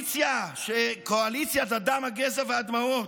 לקואליציית הדם, הגזע והדמעות,